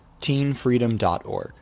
teenfreedom.org